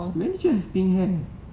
when did you have pink hair